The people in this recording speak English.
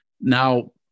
now